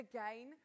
Again